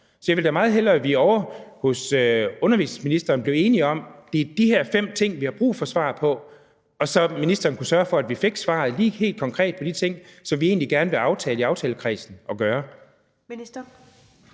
Så jeg ville da meget hellere, at vi ovre hos børne- og undervisningsministeren blev enige om, at det er de her fem ting, vi har brug for svar på, og at ministeren så kunne sørge for, at vi fik svaret helt konkret på de ting, som vi egentlig gerne vil aftale i aftalekredsen at gøre.